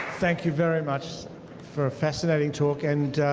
thank you very much for a fascinating talk and